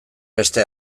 beste